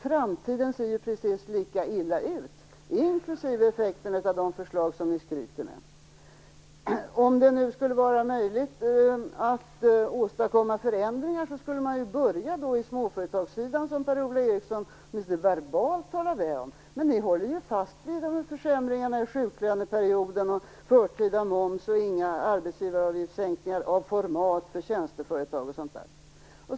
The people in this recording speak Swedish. Framtiden ser lika illa ut, inklusive effekten av de förslag som ni skryter med. Om det skulle vara möjligt att åstadkomma förändringar skulle man börja på småföretagarsidan, som Per-Ola Eriksson åtminstone verbalt talar väl om. Men ni håller fast vid sådant som försämringar i sjuklöneperioden, förtida moms, inga arbetsgivaravgiftssänkningar av format för tjänsteföretag osv.